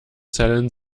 zellen